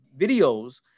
videos